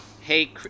Hey